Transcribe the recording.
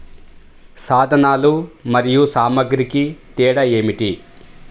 సాధనాలు మరియు సామాగ్రికి తేడా ఏమిటి?